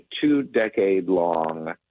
two-decade-long